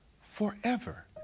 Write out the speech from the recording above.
forever